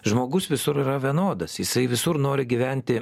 žmogus visur yra vienodas jisai visur nori gyventi